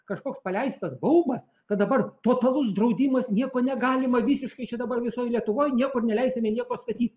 kažkoks paleistas baubas kad dabar totalus draudimas nieko negalima visiškai čia dabar visoj lietuvoj niekur neleisime nieko statyt